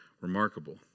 remarkable